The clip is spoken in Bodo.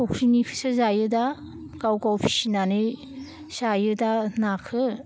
फुख्रिनिखोसो जायोदा गावगाव फिनानै जायोदा नाखो